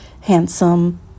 handsome